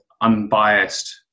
unbiased